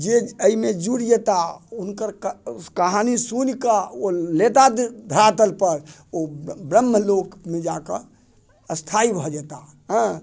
जे एहिमे जुइड़ जयता हुनकर कहानी सुनि कऽ ओ लेता धरातल पर ओ ब्रह्म लोकमे जाकऽ स्थायी भऽ जयता